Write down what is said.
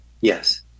Yes